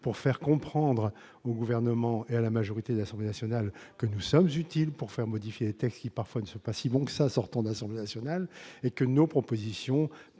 et faire comprendre au Gouvernement et à la majorité de l'Assemblée nationale que nous sommes utiles pour modifier des textes, qui, parfois, ne sont pas si bons que cela à leur sortie de l'Assemblée nationale. Nos propositions